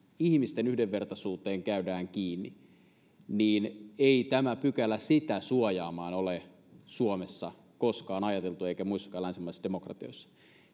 ihmisten yhdenvertaisuuteen käydään kiinni niin ei tämä pykälä sitä suojaamaan ole suomessa koskaan ajateltu eikä muissakaan länsimaisissa demokratioissa